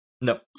No